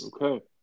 Okay